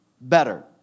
better